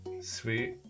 Sweet